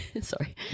Sorry